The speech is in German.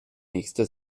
nächste